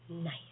Nice